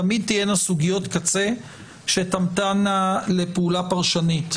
תמיד תהיינה סוגיות קצה שתמתנה לפעולה פרשנית.